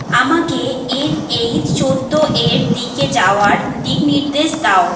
আমাকে এনএইচ চৌদ্দ এর দিকে যাওয়ার দিকনির্দেশ দাও